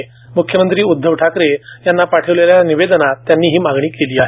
म्ख्यमंत्री उदधव ठाकरे यांना पाठवलेल्या निवेदनात त्यांनी ही मागणी केली आहे